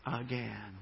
again